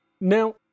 Now